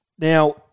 Now